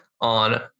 On